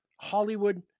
Hollywood